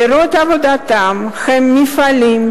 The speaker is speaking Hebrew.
פירות עבודתם הם מפעלים,